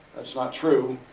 s not true.